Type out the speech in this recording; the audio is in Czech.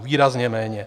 Výrazně méně.